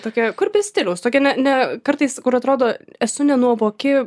tokia kur be stiliaus tokia ne ne kartais kur atrodo esu nenuovoki